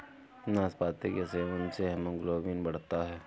नाशपाती के सेवन से हीमोग्लोबिन बढ़ता है